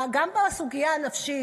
גם בסוגיה הנפשית,